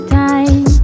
time